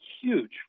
huge